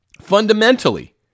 Fundamentally